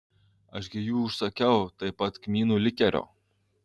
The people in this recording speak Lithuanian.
aš gi jų užsakiau taip pat kmynų likerio